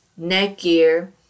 Netgear